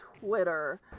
Twitter